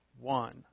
one